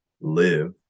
live